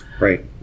Right